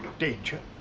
danger?